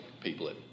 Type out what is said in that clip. people